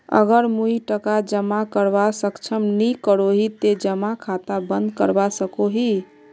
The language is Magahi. अगर मुई टका जमा करवात सक्षम नी करोही ते जमा खाता बंद करवा सकोहो ही?